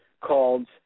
called